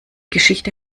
geschichte